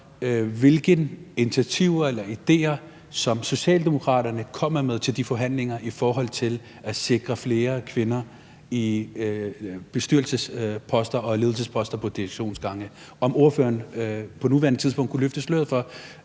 hvilke initiativer eller idéer som Socialdemokraterne kommer med til de forhandlinger i forhold til at sikre flere kvinder på bestyrelsesposter og ledelsesposter på direktionsgangene, og om ordføreren på nuværende tidspunkt kunne løfte sløret for